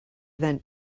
than